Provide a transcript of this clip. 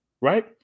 right